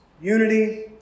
Unity